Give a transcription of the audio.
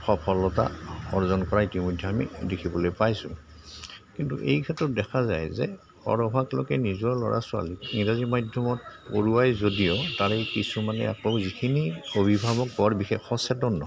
সফলতা অৰ্জন কৰা ইতিমধ্যে আমি দেখিবলৈ পাইছোঁ কিন্তু এই ক্ষেত্ৰত দেখা যায় যে সৰহভাগ লোকে নিজৰ ল'ৰা ছোৱালীক ইংৰাজী মাধ্যমত পঢ়ুৱাই যদিও তাৰে কিছুমানে আকৌ যিখিনি অভিভাৱক বৰ বিশেষ সচেতন নহয়